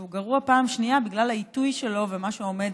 והוא גרוע פעם שנייה בגלל העיתוי שלו ומה שעומד